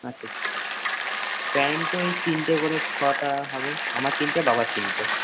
আচ্ছা প্যান্ট ওই তিনটে করে ছটা হবে আমার তিনটে বাবার তিনটে